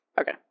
Okay